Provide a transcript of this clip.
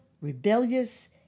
rebellious